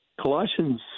Colossians